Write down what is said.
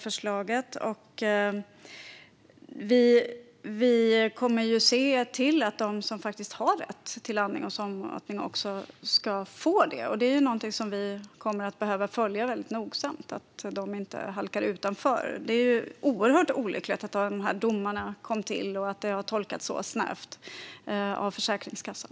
Vi kommer att se till att de som har rätt till andning och sondmatning också ska få det. Det är någonting som vi kommer att behöva följa väldigt nogsamt så att de inte halkar utanför. Det var oerhört olyckligt att de här domarna kom till och att de har tolkats så snävt av Försäkringskassan.